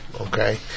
okay